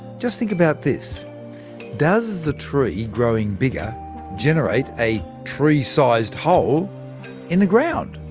just think about this does the tree growing bigger generate a tree-sized hole in the ground?